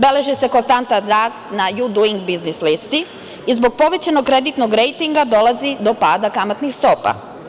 Beleži se konstantan rast na "Duing biznis listi" i zbog povećanog kreditnog rejtinga dolazi do pada kamatnih stopa.